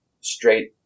straight